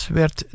werd